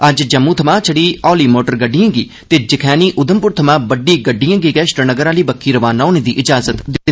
अज्ज जम्मू थमां छड़ी हौली मोटर गड़िडएं गी ते जखैनी उघमपुर थमां बड्डी गड्डिएं गी श्रीनगर आह्ली बक्खी रवाना होने दी इजाजत दित्ती गेदी ही